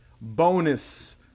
bonus